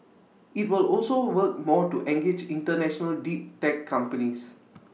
IT will also work more to engage International deep tech companies